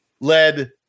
led